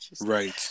Right